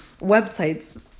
websites